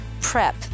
PREP